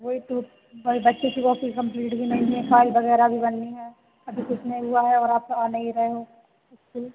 वही तो वही बच्चे की कॉपी कंप्लीट भी नहीं है फाइल वगैरह भी बननी है अभी कुछ नहीं हुआ है और आप आ नहीं रहे हो स्कूल